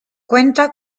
cuenta